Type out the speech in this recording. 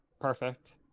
perfect